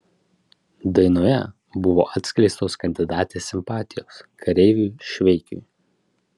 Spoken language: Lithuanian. dainoje buvo atskleistos kandidatės simpatijos kareiviui šveikui